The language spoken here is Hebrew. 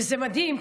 וזה מדהים,